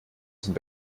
sind